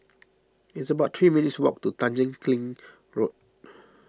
it's about three minutes' walk to Tanjong Kling Road